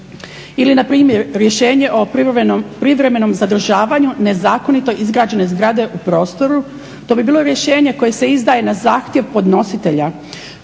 Ili npr. rješenje o privremenom zadržavanju nezakonito izgrađene zgrade u prostoru, to bi bilo rješenje koje se izdaje na zahtjev podnositelja